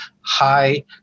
high